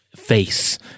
face